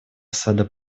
асада